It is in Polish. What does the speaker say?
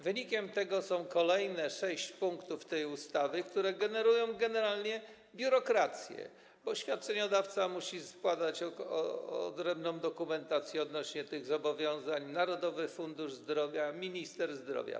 Wynikiem tego jest kolejnych sześć punktów tej ustawy, które generują generalnie biurokrację, bo świadczeniodawca musi składać odrębną dokumentację odnośnie do tych zobowiązań, Narodowy Fundusz Zdrowia, minister zdrowia.